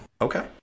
Okay